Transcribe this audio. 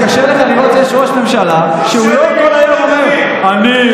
קשה לך לראות שיש ראש ממשלה שהוא לא כל היום אומר: אני,